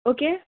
okay